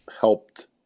helped